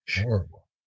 horrible